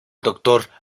doctor